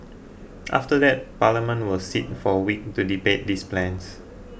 after that Parliament will sit for a week to debate these plans